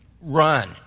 run